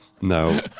No